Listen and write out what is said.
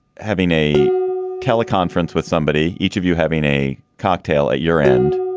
having a teleconference with somebody, each of you having a cocktail at your end,